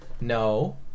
no